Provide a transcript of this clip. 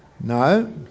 No